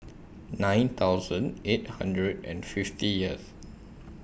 nine thousand eight hundred and fiftieth